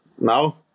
now